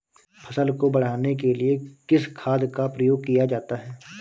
फसल को बढ़ाने के लिए किस खाद का प्रयोग किया जाता है?